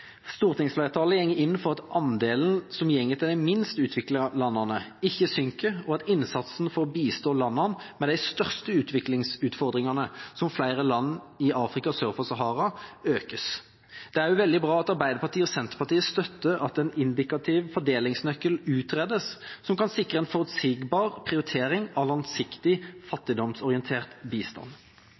Stortingsflertallet går inn for at andelen som går til de minst utviklede landene, ikke synker, og at innsatsen for å bistå landene med de største utviklingsutfordringene, som flere land i Afrika sør for Sahara, økes. Det er også veldig bra at Arbeiderpartiet, Senterpartiet og Venstre støtter at en indikativ fordelingsnøkkel utredes, som kan sikre en forutsigbar prioritering av langsiktig fattigdomsorientert bistand.